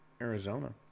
Arizona